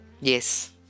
Yes